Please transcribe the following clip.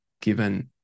given